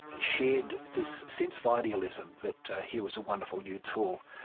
shared this sense of idealism that here was a wonderful new tool.